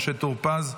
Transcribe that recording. משה טור פז,